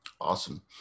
Awesome